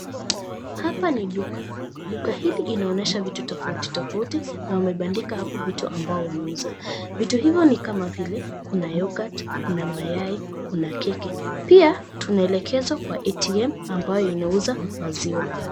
Hapa ni duka. Duka hili inaonyesha vitu tofauti tofauti na wamebandika hapo vitu ambavyo wanauza. Vitu hivyo ni kama vile kuna yoghurt kuna mayai kuna keki. Pia tunaelekezwa kwa ATM ambayo inauza maziwa.